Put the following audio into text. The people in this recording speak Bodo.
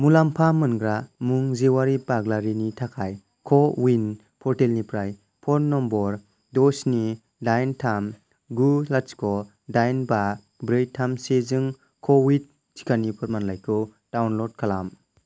मुलामफा मोनग्रा मुं जेवारि बाग्लारिनि थाखाय क' विन प'र्टेलनिफ्राय फ'न नम्बर द'स्नि दाइन थाम गु लाथिख' दाइन बा ब्रै थाम से जों क'विड टिकानि फोरमानलाइखौ डाउनल'ड खालाम